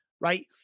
right